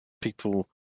people